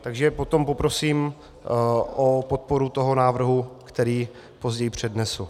Takže potom poprosím o podporu toho návrhu, který později přednesu.